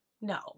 no